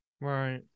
right